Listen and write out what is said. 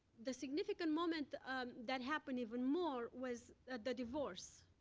the significant moment that happened even more was the the divorce.